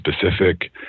specific